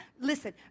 Listen